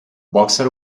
boxer